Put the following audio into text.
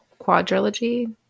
quadrilogy